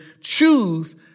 choose